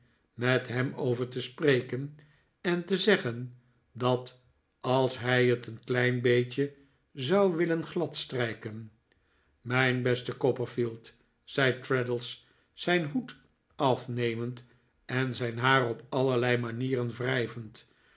met hem over te spreken en te zeggen dat als hij het een klein beetje zou willen gladstrijken mijn beste copperfield zei traddles zijn hoed afnemend en zijn haar op allerlei manieren wrijvend